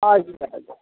हजुर भाइ हजुर